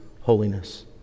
holiness